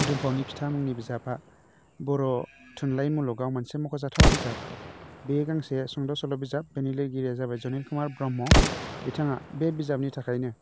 दुमफावनि फिथा मुंनि बिजाबा बर' थुनलाइ मुलुगाव मोनसे मख'जाथाव बिजाब बे गांसे संद' सल' बिजाब बेनि लिरगिरिया जाबाय जनिल कुमार ब्रह्म बिथाङा बे बिजाबनि थाखायनो